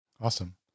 Awesome